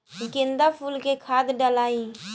गेंदा फुल मे खाद डालाई?